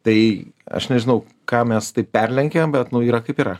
tai aš nežinau kam mes taip perlenkėm bet yra kaip yra